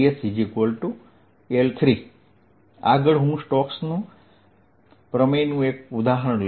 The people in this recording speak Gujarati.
dsL3 આગળ હું સ્ટોક્સ પ્રમેયનું એક ઉદાહરણ લઈશ